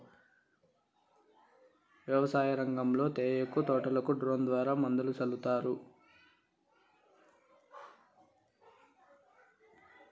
వ్యవసాయ రంగంలో తేయాకు తోటలకు డ్రోన్ ద్వారా మందులు సల్లుతారు